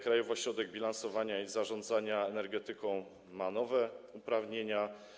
Krajowy Ośrodek Bilansowania i Zarządzania Emisjami ma nowe uprawnienia.